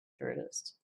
furthest